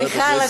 מיכל,